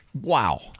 Wow